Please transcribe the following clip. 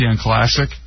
Classic